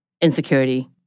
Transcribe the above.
insecurity